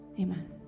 Amen